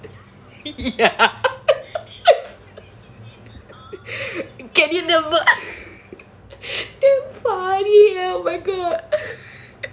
ஒண்ணுமில்லயே யார் ஊர்ல இருக்கா:onnumillayae yaar oorla irukkaa damn funny eh oh my god